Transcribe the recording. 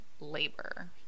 labor